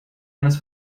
eines